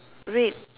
red